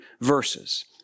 verses